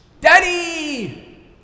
Daddy